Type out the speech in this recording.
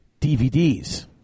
DVDs